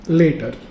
later